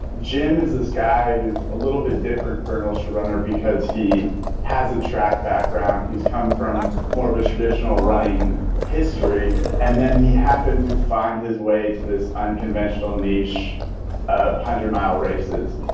jim is this guy who's a little bit different for an ultra runner because he has a track background. he's come from more of a traditional running history. and then he happened to find his way to this unconventional finish of hundred mile races